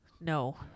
no